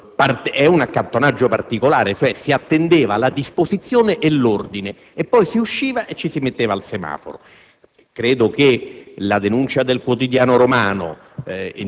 di un accattonaggio particolare: si attendeva la disposizione e l'ordine, poi si usciva e ci si metteva al semaforo. Credo che la denuncia del quotidiano romano